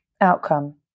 outcome